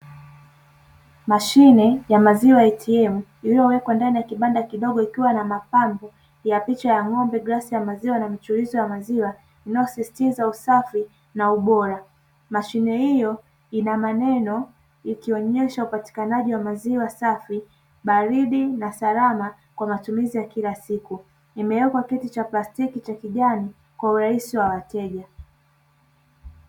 Mashine ya maziwa ATM iliyowekwa ndani ya kibanda kidogo ikiwa na mapambo ya picha ya ng'ombe, glasi ya maziwa pamoja na mchirizi wa maziwa unaosisitiza usafi na ubora mashine hiyo ina maneno ikionesha upatikanaji maziwa safi na baridi ka matumizi ya kila siku imewekwa kiti cha plastiki cha kijani kwa urahisi wa wateja.